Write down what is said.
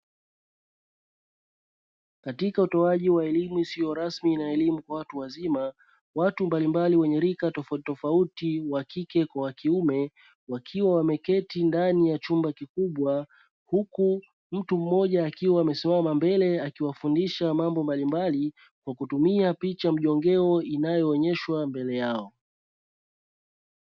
Katika utoaji wa elimu isiyo rasmi na elimu kwa watu wazima. Watu mbalimbali wenye rika tofautitofauti wa kike kwa wa kiume wakiwa wameketi ndani ya chumba kikubwa. Huku mtu mmoja akiwa amesimama mbele akiwafundisha mambo mbalimbali, kwa kutumia picha mjongeo inayoonyeshwa mbele yao.